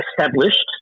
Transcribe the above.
established